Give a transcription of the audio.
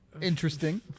interesting